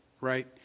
right